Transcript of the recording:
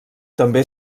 també